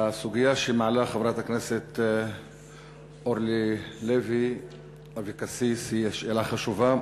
הסוגיה שמעלה חברת הכנסת אורלי לוי אבקסיס היא שאלה חשובה.